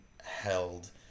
held